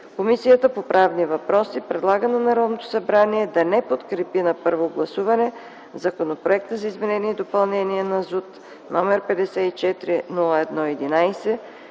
Комисията по правни въпроси предлага на Народното събрание да не подкрепи на първо гласуване Законопроект за изменение и допълнение на Закона за